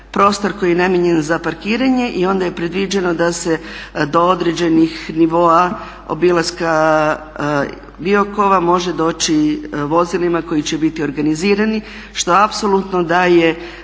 prostor koji je namijenjen za parkiranje i onda je predviđeno da se do određenih nivoa obilaska Biokova može doći vozilima koji će biti organizirani što apsolutno daje